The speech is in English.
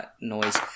noise